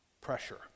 pressure